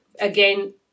again